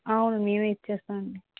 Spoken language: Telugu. అవును మేమే ఇచ్చేస్తాం అండి